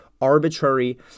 arbitrary